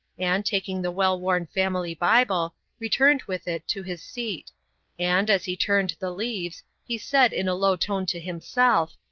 and, taking the well-worn family bible, returned with it to his seat and, as he turned the leaves, he said in a low tone to himself,